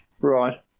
Right